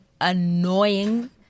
annoying